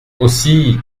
aussi